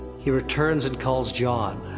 he returns and calls jon.